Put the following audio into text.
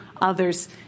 others